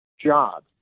job